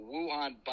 Wuhan